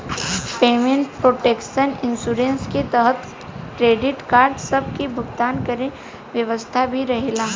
payment protection insurance के तहत credit card सब के भुगतान के व्यवस्था भी रहेला